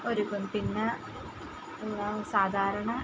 ഒരുക്കുന്നു പിന്നെ എന്താ സാധാരണ